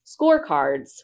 scorecards